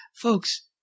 Folks